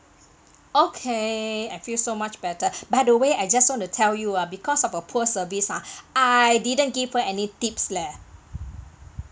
okay I feel so much better by the way I just want to tell you ah because of a poor service ah I didn't give her any tips leh